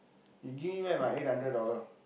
you give me back my eight hundred dollar